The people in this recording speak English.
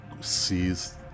sees